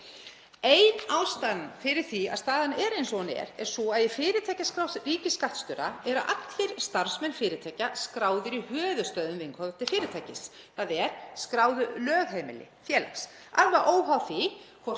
Ein ástæðan fyrir því að staðan er eins og hún er er sú að í fyrirtækjaskrá ríkisskattstjóra eru allir starfsmenn fyrirtækja skráðir í höfuðstöðvum viðkomandi fyrirtækis, þ.e. skráðu lögheimili félags,